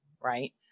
right